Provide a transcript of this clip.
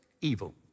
evil